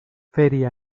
feria